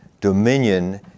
dominion